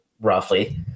roughly